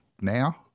now